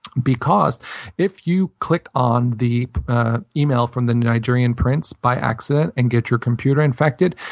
because if you clicked on the email from the nigerian prince by accident and get your computer infected,